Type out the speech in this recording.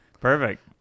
perfect